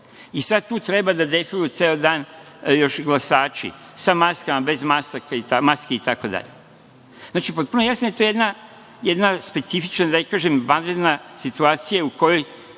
i sad tu treba da defiluju ceo dan još i glasači, sa maskama, bez maski, itd. Znači, potpuno je jasno da je to jedna specifična, da ne kažem vanredna, situacija u kojoj